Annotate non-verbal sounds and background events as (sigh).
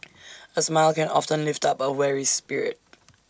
(noise) A smile can often lift up A weary spirit